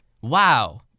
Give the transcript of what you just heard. Wow